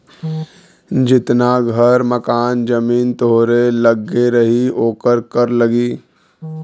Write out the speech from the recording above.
जितना घर मकान जमीन तोहरे लग्गे रही ओकर कर लगी